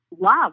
love